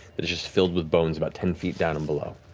that is filled with bones about ten feet down and below.